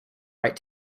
right